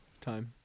time